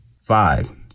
Five